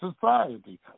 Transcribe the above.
society